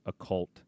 occult